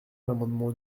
l’amendement